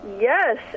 Yes